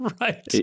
Right